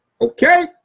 Okay